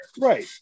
Right